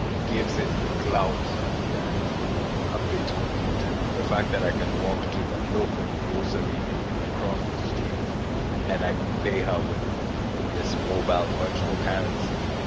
gives it the cloud that a bitcoin won't have. the fact that i can walk to the local grocery lady across the street and i could pay her with with this mobile virtual currency,